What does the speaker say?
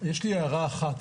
יש לי הערה אחת,